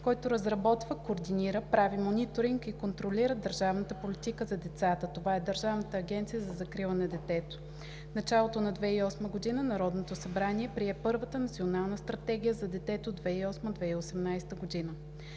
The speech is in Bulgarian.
който разработва, координира, прави мониторинг и контролира държавната политика за децата – това е Държавната агенция за закрила на детето. В началото на 2008 г. Народното събрание прие първата Национална стратегия за детето 2008 – 2018 г.